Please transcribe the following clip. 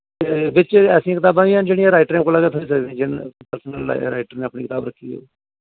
ते बिच्च ऐसियां कताबां बी हैन जेह्ड़ियां राइटरें कोला गै थ्होई सकदियां जि'नें पर्सनल राइटर ने अपनी कताब रक्खी दी होऐ